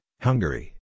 Hungary